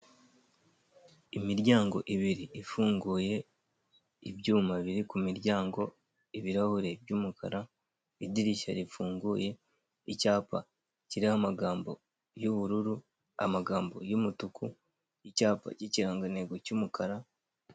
Imiryango ibiri ifunguye, ibyuma biri ku miryango, ibirahuri by'umukara, idirishya rifunguye, icyapa kiriho amagambo y'ubururu, amagambo y'umutuku, icyapa cy'ikirangantego cy'umukara...